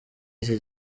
iki